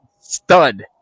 stud